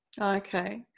Okay